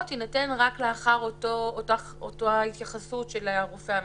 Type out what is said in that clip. יינתן רק לאחר אותה התייחסות של הרופא המחוזי.